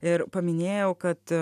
ir paminėjau kad